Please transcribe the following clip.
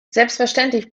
selbstverständlich